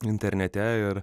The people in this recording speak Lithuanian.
internete ir